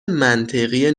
منطقی